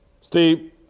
Steve